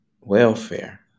Welfare